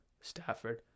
Stafford